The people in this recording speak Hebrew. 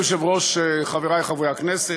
אדוני היושב-ראש, חברי חברי הכנסת,